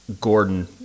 Gordon